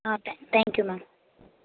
ஆ தே thank you ma'am